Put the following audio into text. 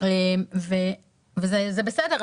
יש גם אזור עדיפות לאומית חברתית שהכניסו לתוך זה וזה בסדר.